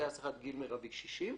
טייס אחד גיל מירבי 60,